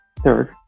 Third